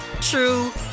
true